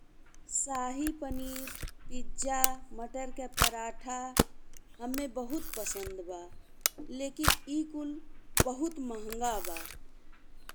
शाही paneer, pizza, मटर के पराठा हम्मे बहुत पसंद बा, लेकिन ई कुल बहुत महंगा बा।